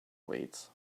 weights